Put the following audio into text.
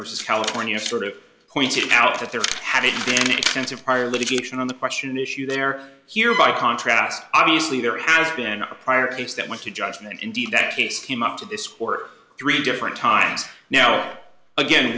versus california sort of pointed out that there had to be an extensive prior litigation on the question issue there here by contrast obviously there has been a prior case that went to judgment indeed that case came up to this war three different times now again